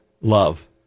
love